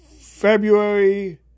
February